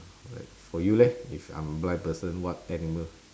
alright for you leh if I'm blind person what animal